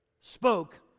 spoke